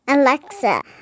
Alexa